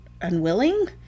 unwilling